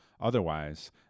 Otherwise